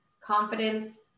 confidence